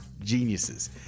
geniuses